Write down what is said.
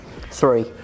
Three